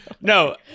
No